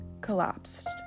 collapsed